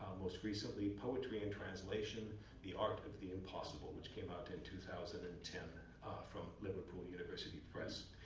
most recently poetry and translation the art of the impossible, which came out in two thousand and ten from liverpool university press.